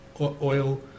oil